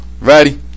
Ready